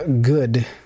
good